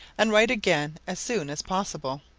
and write again as soon as possible.